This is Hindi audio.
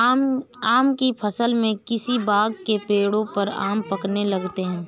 आम की फ़सल में किसी बाग़ के पेड़ों पर आम पकने लगते हैं